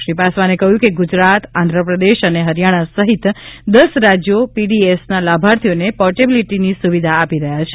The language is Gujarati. શ્રી પાસવાને કહ્યું કે ગુજરાત આંધ્રપ્રદેશ અને હરિયાણા સહિત દસ રાજયો પીડીએસના લાભાર્થીઓને પોર્ટેબીલીટીની સુવિધા આપી રહ્યા છે